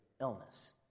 illness